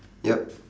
yup